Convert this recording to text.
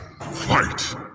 Fight